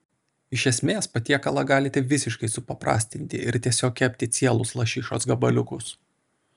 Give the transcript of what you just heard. iš esmės patiekalą galite visiškai supaprastinti ir tiesiog kepti cielus lašišos gabaliukus